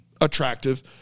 attractive